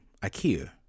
Ikea